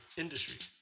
industry